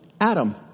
Adam